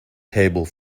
table